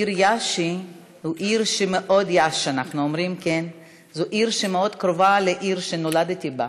העיר יאשי זו עיר שאנחנו אומרים שמאוד קרובה לעיר שנולדתי בה,